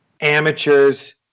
amateurs